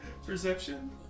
Perception